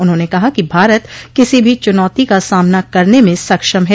उन्होंने कहा कि भारत किसी भी चुनौती का सामना करने में सक्षम है